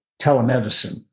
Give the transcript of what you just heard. telemedicine